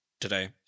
today